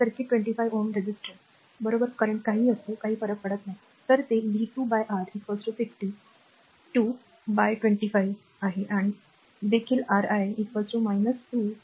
हा circuit 25 Ω resistor बरोबर current काहीही असो काही फरक पडत नाही तर ते v2 बाय R 50 2 बाय 25 आहे आणि देखील Ri 2 2 25